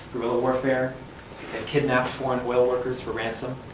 guerrilla warfare, they've kidnapped foreign oil workers for ransom.